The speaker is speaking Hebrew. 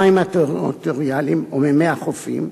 המים הטריטוריאליים או מימי החופים,